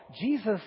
Jesus